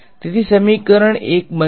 તેથી સમીકરણ એક બનશે